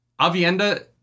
Avienda